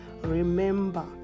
remember